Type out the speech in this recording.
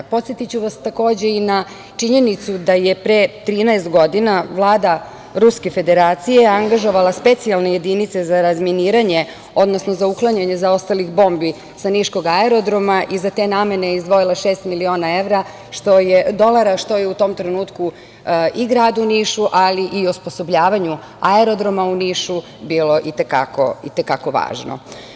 Podsetiću vas, takođe, i na činjenicu da je pre 13 godina Vlada Ruske Federacije angažovala specijalne jedinice za razminiranje, odnosno za uklanjanje zaostalih bombi sa niškog aerodroma i za te namene izdvojila šest miliona dolara, što je u tom trenutku i gradu Nišu, ali i osposobljavanja aerodroma u Nišu bilo i te kako važno.